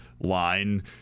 line